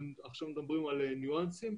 עכשיו מדברים על ניואנסים,